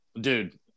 Dude